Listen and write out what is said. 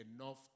enough